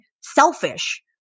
selfish